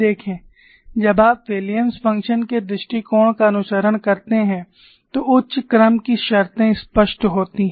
देखें जब आप विलियम्स फ़ंक्शन के दृष्टिकोण का अनुसरण करते हैं तो उच्च क्रम की शर्तें स्पष्ट होती हैं